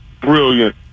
brilliant